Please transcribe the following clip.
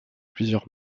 plusieurs